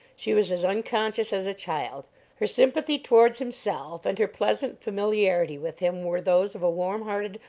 she was as unconscious as a child her sympathy towards himself and her pleasant familiarity with him were those of a warm-hearted,